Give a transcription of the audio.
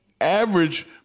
average